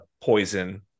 poison